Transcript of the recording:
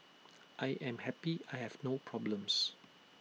I am happy I have no problems